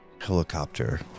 helicopter